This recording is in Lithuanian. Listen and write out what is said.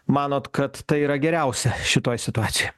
manot kad tai yra geriausia šitoj situacijoj